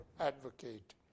advocate